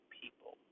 people